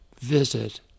visit